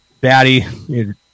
Batty